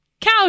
cow